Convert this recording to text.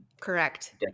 Correct